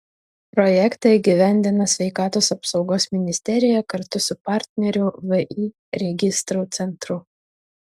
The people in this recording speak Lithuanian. projektą įgyvendina sveikatos apsaugos ministerija kartu su partneriu vį registrų centru